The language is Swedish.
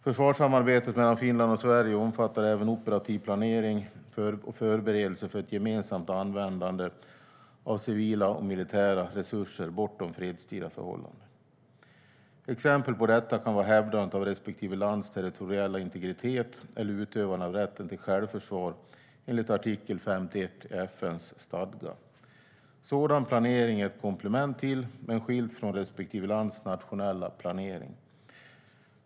Försvarssamarbetet mellan Finland och Sverige omfattar även operativ planering och förberedelser för ett gemensamt användande av civila och militära resurser bortom fredstida förhållanden. Exempel på detta kan vara hävdandet av respektive lands territoriella integritet eller utövande av rätten till självförsvar enligt artikel 51 i FN:s stadga. Sådan planering är ett komplement till, men skilt från, respektive lands nationella planering.